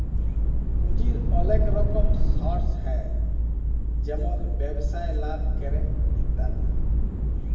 পুঁজির ওলেক রকম সর্স হ্যয় যেমল ব্যবসায় লাভ ক্যরে ইত্যাদি